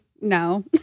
no